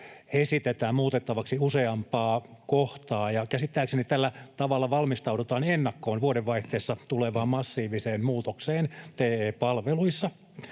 muutettavaksi useampaan kohtaa, ja käsittääkseni tällä tavalla valmistaudutaan ennakkoon vuodenvaihteessa tulevaan massiiviseen muutokseen TE-palveluissa.